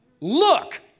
look